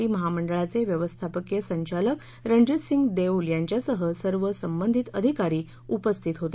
T महामंडळाचे व्यवस्थापकीय संचालक रणजिसिंह देओल यांच्यासह सर्व संबंधित अधिकारी उपस्थित होते